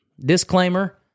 Disclaimer